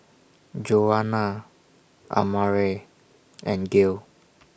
Joana Amare and Gail